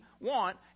want